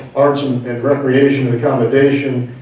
arts and recreation, accommodation,